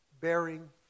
bearing